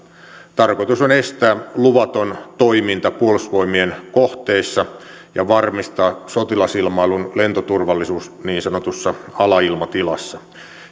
tarkoitus on estää luvaton toiminta puolustusvoimien kohteissa ja varmistaa sotilasilmailun lentoturvallisuus niin sanotussa alailmatilassa